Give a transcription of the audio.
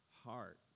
heart